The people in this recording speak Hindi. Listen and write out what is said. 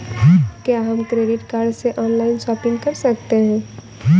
क्या हम क्रेडिट कार्ड से ऑनलाइन शॉपिंग कर सकते हैं?